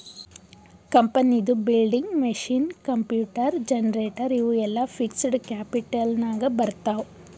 ಕಂಪನಿದು building, machine, computer, generator ಇವು ಎಲ್ಲಾ ಫಿಕ್ಸಡ್ ಕ್ಯಾಪಿಟಲ್ ನಾಗ್ ಬರ್ತಾವ್